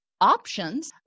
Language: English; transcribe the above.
options